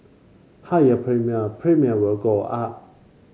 higher premium premium will go up